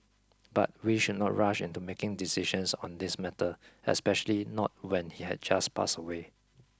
but we should not rush into making decisions on this matter especially not when he had just passed away